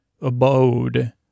abode